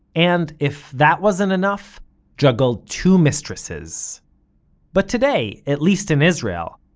and if that wasn't enough juggled two mistresses but today, at least in israel,